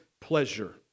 pleasure